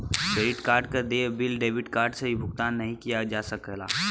credit card क देय bill debit card से भुगतान नाहीं किया जा सकला